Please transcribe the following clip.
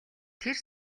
тэр